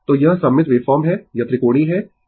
तो यह सममित वेव फॉर्म है यह त्रिकोणीय है